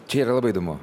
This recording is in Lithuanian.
čia yra labai įdomu